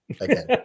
again